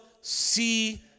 see